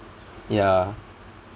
yeah